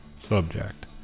subject